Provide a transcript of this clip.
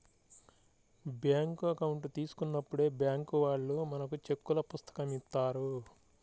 bank account తీసుకున్నప్పుడే bank వాళ్ళు మనకు చెక్కుల పుస్తకం ఇత్తారు